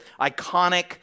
iconic